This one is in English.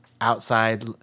outside